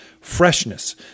Freshness